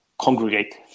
congregate